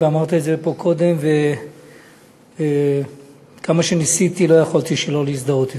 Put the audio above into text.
ואמרת את זה פה קודם וכמה שניסיתי לא יכולתי שלא להזדהות אתך,